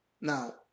Now